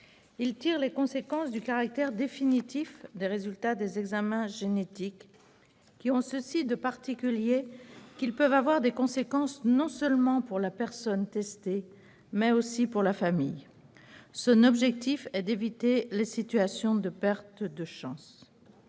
Il tire les conséquences du caractère définitif des résultats des examens génétiques, qui ont ceci de particulier qu'ils peuvent avoir des conséquences non seulement pour la personne testée, mais aussi pour la famille. Son objectif est d'éviter les situations de perte de chance.